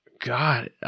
God